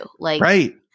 Right